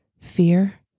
fear